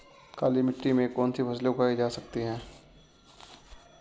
काली मिट्टी में कौनसी फसलें उगाई जा सकती हैं?